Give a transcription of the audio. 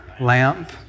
Lamp